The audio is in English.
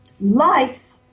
Lice